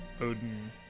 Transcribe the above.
Odin